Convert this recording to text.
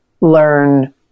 learn